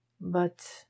But